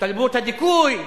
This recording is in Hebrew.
תרבות הדיכוי?